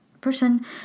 person